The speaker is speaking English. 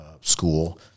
school